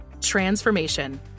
Transformation